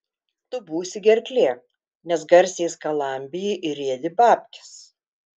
tu būsi gerklė nes garsiai skalambiji ir ėdi babkes